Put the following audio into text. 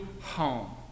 home